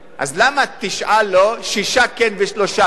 אז למה תשעה לא, שישה כן ושלושה לא?